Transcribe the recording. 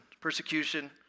persecution